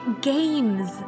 Games